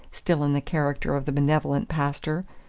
still in the character of the benevolent pastor.